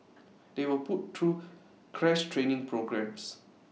they were put through crash training programmes